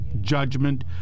judgment